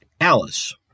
Alice